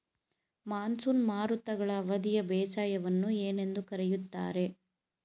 Monsoon ಮಾರುತಗಳ ಅವಧಿಯ ಬೇಸಾಯವನ್ನು ಏನೆಂದು ಕರೆಯುತ್ತಾರೆ?